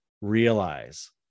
realize